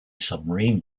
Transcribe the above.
submarine